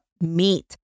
meat